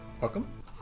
Welcome